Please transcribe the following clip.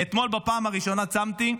אתמול בפעם הראשונה צמתי,